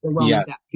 Yes